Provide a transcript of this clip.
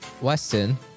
Weston